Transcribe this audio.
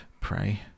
pray